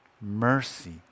mercy